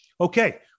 Okay